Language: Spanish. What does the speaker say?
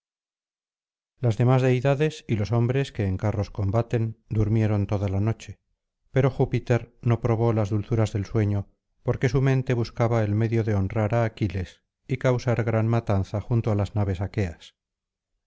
is demás deidades y los hombres que en carros combaten durmieron toda la noche pero júpiter no probó las dulzuras del sueño porque su mente buscaba el medio de honrar á aquiles y causar gran matanza junto á las naves aqueas